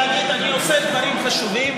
להגיד: אני עושה דברים חשובים,